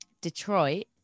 Detroit